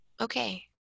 Okay